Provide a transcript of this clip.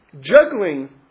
juggling